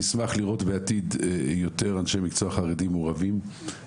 אני אשמח לראות בעתיד יותר אנשי מקצוע חרדים שמעורבים בתוכניות הללו,